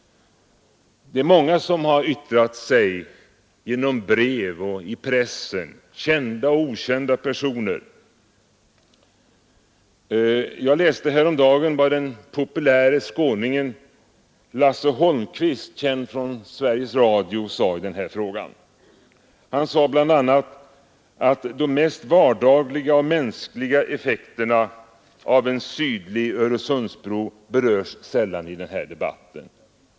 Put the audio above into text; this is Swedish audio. Det är många som har yttrat sig genom brev och i pressen, kända och okända personer. Jag läste häromdagen vad den populäre skåningen Lasse Holmqvist, känd från Sveriges Radio, sade i den här frågan. Han sade bl.a. att de mest vardagliga och mänskliga effekterna av en sydlig Öresundsbro berörs sällan i debatten.